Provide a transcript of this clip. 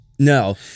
No